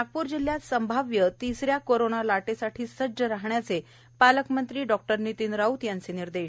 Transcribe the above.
नागपूर जिल्ह्यात संभाव्य तिसऱ्या कोरोना लाटेसाठी सज्ज राहण्याचे पालकमंत्री नितीन राऊत यांचे निर्देश